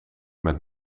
met